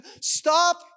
stop